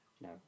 no